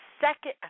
second –